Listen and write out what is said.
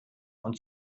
und